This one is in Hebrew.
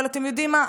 אבל, אתם יודעים מה?